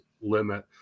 limit